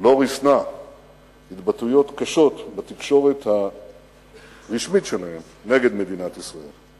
לא ריסנה התבטאויות קשות בתקשורת הרשמית שלה נגד מדינת ישראל.